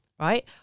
right